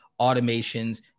automations